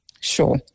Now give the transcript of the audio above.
Sure